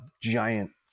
giant